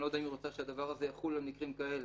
אני לא יודע אם היא רוצה שהדבר הזה יחול על מקרים כאלה.